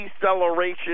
deceleration